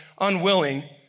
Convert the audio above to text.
unwilling